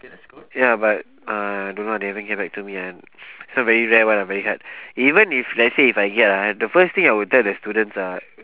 ya but uh don't know they haven't get back to me yet so very rare [one] ah very hard even if let's say if I get ah the first thing I will tell the students ah